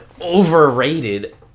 overrated